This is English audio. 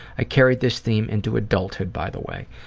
i carried this theme into adulthood by the way.